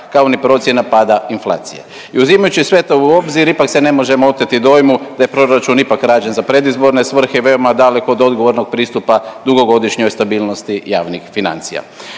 kao ni procjena pada inflacije. I uzimajući sve to u obzir, ipak se ne možemo oteti dojmu da je proračun ipak rađen za predizborne svrhe, veoma daleko od odgovornog pristupa dugogodišnjoj stabilnosti javnih financija.